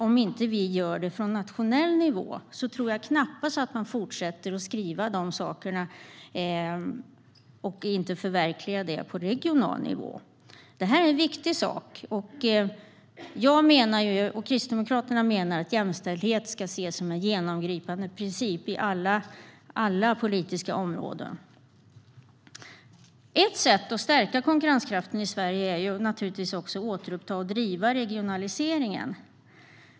Om vi inte gör det på nationell nivå tror jag knappast att man fortsätter att skriva in det i sina planer på regional nivå, och då förverkligas det inte heller. Det är en viktig fråga, och jag och Kristdemokraterna menar att jämställdhet ska ses som en genomgripande princip på alla politiska områden. Ett sätt att stärka konkurrenskraften i Sverige är att återuppta och driva regionaliseringen.